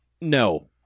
no